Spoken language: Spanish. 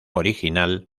original